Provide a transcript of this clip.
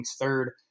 third